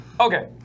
Okay